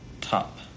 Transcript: Top